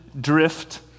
Drift